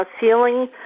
ceiling